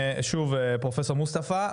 שוב פרופסור מוסטפא,